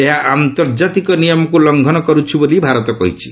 ଏହା ଆନ୍ତର୍ଜାତିକ ନିୟମକୁ ଲଙ୍ଘନ କରୁଛି ବୋଲି ଭାରତ କହିଛି